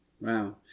Wow